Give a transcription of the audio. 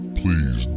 please